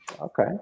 Okay